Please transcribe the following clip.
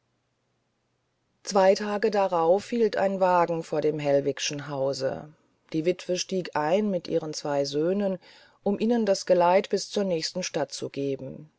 zwei tage darauf hielt ein wagen vor dem hellwigschen hause die witwe stieg ein mit ihren zwei söhnen um ihnen das geleit bis zur nächsten stadt zu geben